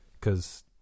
Cause